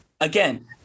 again